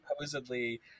supposedly